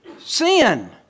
sin